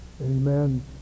Amen